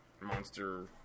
monster